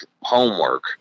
homework